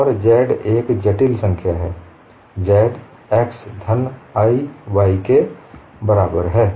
और z एक जटिल संख्या है z x धन i y के बराबर है